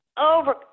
over